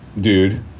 dude